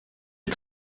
est